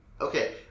Okay